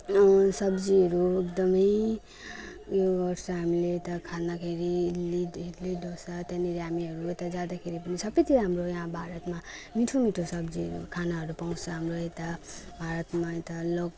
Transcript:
सब्जीहरू एकदम उयो गर्छ हामीले यता खाँदाखेरि इडली इडली डोसा त्यहाँनेरि हामीहरू यता जाँदाखेरि पनि सबतिर हाम्रो यहाँ भारतमा मिठो मिठो सब्जीहरू खानाहरू पाउँछ हाम्रो यता भारतमा यता लोकल